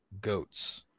goats